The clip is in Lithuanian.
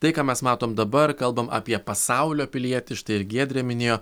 tai ką mes matom dabar kalbam apie pasaulio pilietį štai ir giedrė minėjo